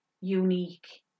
unique